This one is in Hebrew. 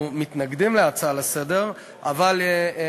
אנחנו מתנגדים להצעה לסדר-היום.